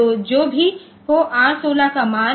तो जो भी हो R16 का मान